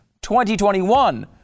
2021